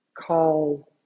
call